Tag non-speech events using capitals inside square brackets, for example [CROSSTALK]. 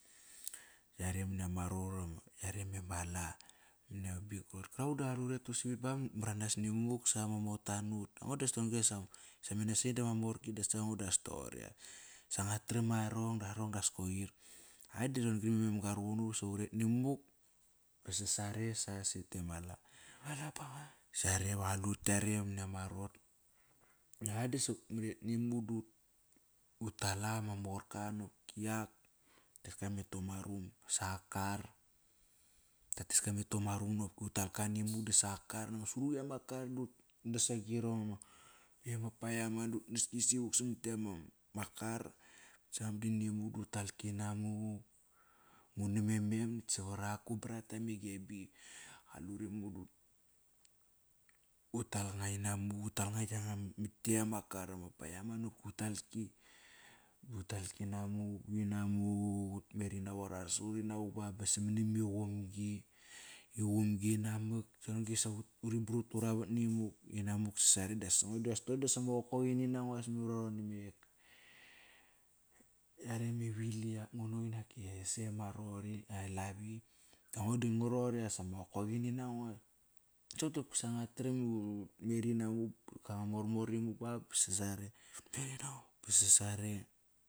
Yare mania ma rot [HESITATION] yare ma Mala mania ma bik rot. Kravuk da qalelut ete usavit ba ba ut maranas nimuk sama mota nut. Aingo das toqon-gri [UNINTELLIGIBLE] same Nasain dama morki das aingo das toqori as sa ngua tram arong, darong das koir. Ada rhoqon-gri ma mem ga ruqunnut sa uret nimuk sasre sa sete Mala. Malabanga. Sare va qalut ktia re mania ma rot. A dasa [UNINTELLIGIBLE] utal ak ama morka, nopki ak rateska ma Tomarum nopki utalka nimuk da sa kar ama suruqi ama kar, utnas agirong, ama paiaman da utnaski saivuk samat ktietk ma kar [UNINTELLIGIBLE] Nguna me mem nakt savar ak gu brata me Gebi [UNINTELLIGIBLE] utal nga inamuk, utal nga yanga makt ktet ama kar ama paian. Nokop utalki. Utalki inamuk inamuk. Ut meri namuk aras sut inavuk arasut inavuk baba samani ma iqumgi. Iqumgi inamak. Ron gri sa ut brutu ravat nimuk inamuk sasare das aingo das toqori diama qokoqini nango, as memar iva rhoqor name rhoqori, a lavi. Da ngo da ngo roqori as ama qokoqini nango. Sopt dasa nguat tram i utmer inamuk ba ngua mormor imuk ba sas sare Utmeri namuk ba sasare.